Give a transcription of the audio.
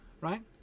Right